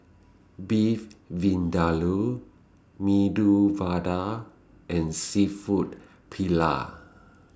Beef Vindaloo Medu Vada and Seafood Paella